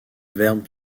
verbe